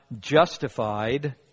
justified